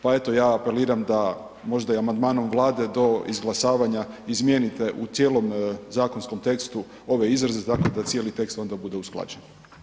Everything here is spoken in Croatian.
Pa eto ja apeliram da možda i amandmanom Vlade do izglasavanja izmijenite u cijelom zakonskom tekstu ove izraze tako da cijeli tekst onda bude usklađen.